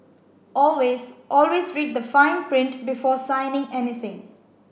always always read the fine print before signing anything